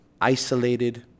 isolated